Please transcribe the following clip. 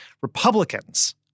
Republicans